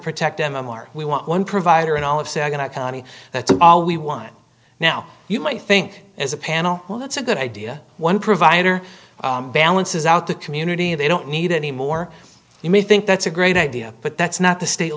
protect m m r we want one provider and all of said going to county that's all we want now you might think as a panel well that's a good idea one provider balances out the community they don't need any more you may think that's a great idea but that's not the state